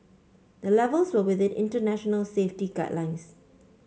the levels were within international safety guidelines